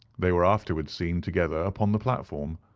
they were afterwards seen together upon the platform.